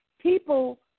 People